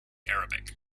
arabic